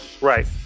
Right